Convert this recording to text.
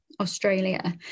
Australia